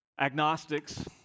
agnostics